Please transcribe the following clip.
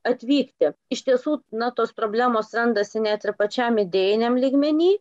atvykti iš tiesų na tos problemos randasi net ir pačiam idėjiniam lygmeny